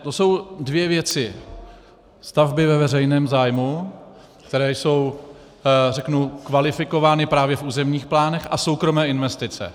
To jsou dvě věci: stavby ve veřejném zájmu, které jsou kvalifikovány právě v územních plánech, a soukromé investice.